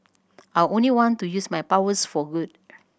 I only want to use my powers for good